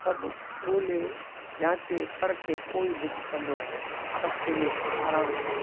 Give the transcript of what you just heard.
सभु ॻोल्हे जाचे परखे पोइ ई बुक कंदो आहियां तफ़सीलीअ सां आराम सां